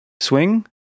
swing